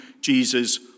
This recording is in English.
Jesus